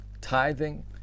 tithing